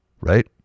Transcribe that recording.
right